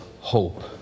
hope